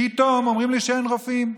פתאום אומרים לי שאין רופאים.